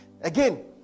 Again